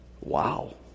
Wow